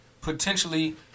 potentially